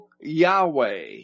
Yahweh